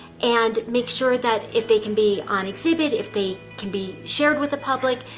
and make sure that if they can be on exhibit, if they can be shared with the public,